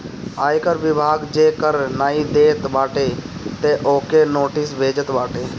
आयकर विभाग जे कर नाइ देत बाटे तअ ओके नोटिस भेजत बाटे